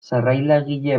sarrailagile